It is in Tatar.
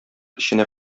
эченә